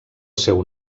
seu